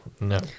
No